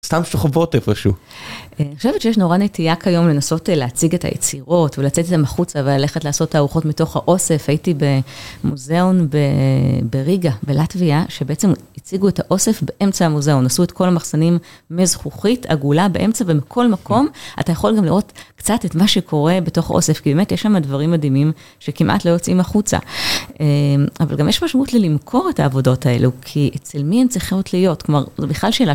סתם שוכבות איפשהו. אני חושבת שיש נורא נטייה כיום לנסות להציג את היצירות ולצאת איתן החוצה וללכת לעשות תערוכות מתוך האוסף. הייתי במוזיאון בריגה בלטביה, שבעצם הציגו את האוסף באמצע המוזיאון, עשו את כל המחסנים מזכוכית, עגולה, באמצע ומכל מקום אתה יכול גם לראות קצת את מה שקורה בתוך האוסף, כי באמת יש שם דברים מדהימים שכמעט לא יוצאים החוצה. אבל גם יש משמעות ללמכור את העבודות האלו, כי אצל מי הן צריכות להיות? כלומר, זו בכלל שאלה...